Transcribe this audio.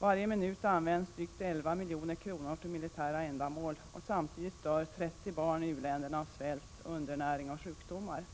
Varje minut används drygt 11 milj.kr. till militära ändamål, och samtidigt dör 30 barn i u-länderna av svält, undernäring och sjukdomar.